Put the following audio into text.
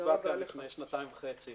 נקבע כאן לפני שנתיים וחצי